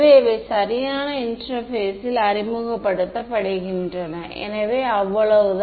இது நான் அறிமுகப்படுத்திய புதிய வரையறை